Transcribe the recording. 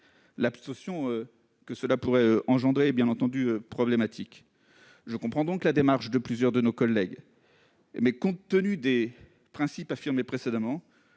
L'abstention que cela pourrait provoquer est problématique. Je comprends donc la démarche de plusieurs de nos collègues. Mais compte tenu des principes affirmés précédemment,